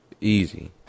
Easy